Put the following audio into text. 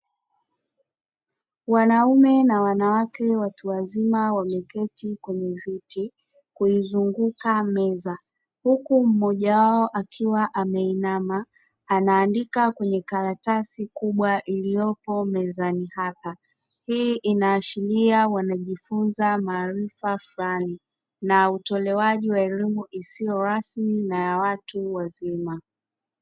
Wanaume na wanawake watu wazima wameketi kwenye viti kuizunguka meza, huku mmoja wao akiwa ameinama anaandika kwenye karatasi kubwa iliyopo mezani hapo. Hii inaashiria wanajifunza maarifa fulani na utolewaji wa elimu isiyo rasmi na ya watu wazima.